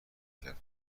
کند